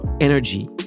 energy